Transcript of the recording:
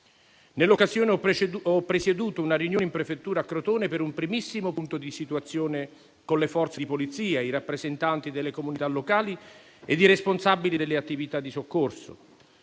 Nell'occasione, ho presieduto una riunione in prefettura, a Crotone, per un primissimo punto di situazione con le Forze di polizia, i rappresentanti delle comunità locali e i responsabili delle attività di soccorso.